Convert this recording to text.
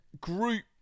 Group